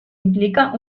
implica